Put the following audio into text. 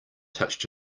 touched